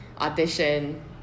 audition